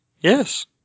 Yes